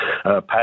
Pat